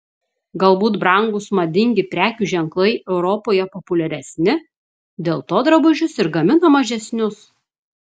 galbūt brangūs madingi prekių ženklai europoje populiaresni dėl to drabužius ir gamina mažesnius